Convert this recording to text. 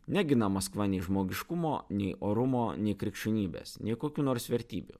negina maskva nei žmogiškumo nei orumo nei krikščionybės nei kokių nors vertybių